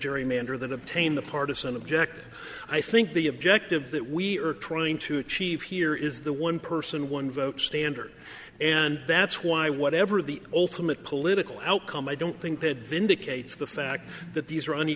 gerrymander that obtain the partisan objective i think the objective that we are trying to achieve here is the one person one vote standard and that's why whatever the ultimate political outcome i don't think that vindicates the fact that these